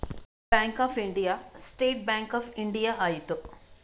bank of India State Bank of India ಆಯಿತು